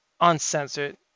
uncensored